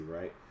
right